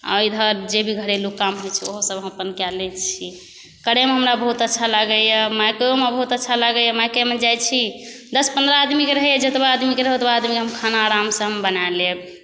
आओर इधर जे भी घरेलू काज होइ छै ओहो सब हम ओपन कए लै छी करैमे हमरा बहुत अच्छा लागैया मायकेयोमे बहुत अच्छा लागैया मायकेयोमे दश पन्द्रह आदमीकेँ रहैया जतबा आदमी के रहत ओतबा आदमीकेँ हम खाना आरामसँ हम बना लेब